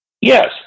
Yes